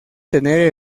tener